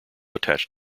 attached